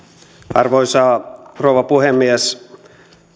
arvoisa rouva puhemies